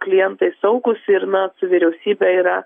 klientai saugūs ir na su vyriausybe yra